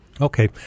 Okay